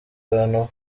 abantu